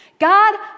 God